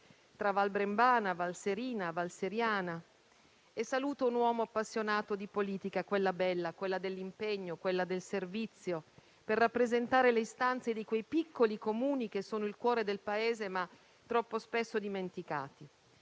tra Val Brembana, Val Serina e Val Seriana e saluto un uomo appassionato di politica, quella bella, quella dell'impegno, quella del servizio, per rappresentare le istanze di quei piccoli Comuni che sono il cuore del Paese, troppo spesso dimenticati.